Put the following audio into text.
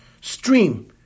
stream